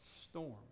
storm